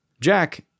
Jack